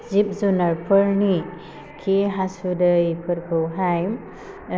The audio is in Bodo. जिब जुनारफोरनि खि हासुदैफोरखौहाय